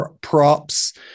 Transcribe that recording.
props